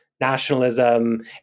nationalism